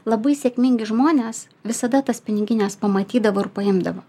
labai sėkmingi žmonės visada tas pinigines pamatydavo ir paimdavo